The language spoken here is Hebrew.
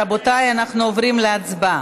רבותיי, אנחנו עוברים להצבעה.